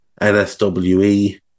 NSWE